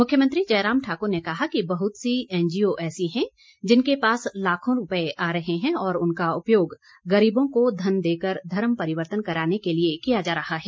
मुख्यमंत्री जयराम ठाक्र ने कहा कि बहत सी एनजीओ ऐसी हैं जिनके पास लाखों रुपए आ रहे हैं और उनका उपयोग वे गरीबों को धन देकर धर्म परिवर्तन कराने के लिए किया जा रहा है